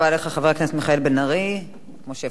כפי שהבטחתי, חבר הכנסת אורי אורבך.